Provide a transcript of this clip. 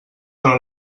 però